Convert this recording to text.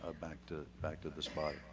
ah back to back to this body.